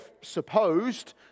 supposed